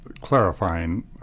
clarifying